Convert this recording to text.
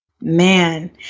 Man